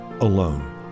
alone